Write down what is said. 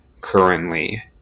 currently